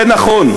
זה נכון.